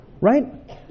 right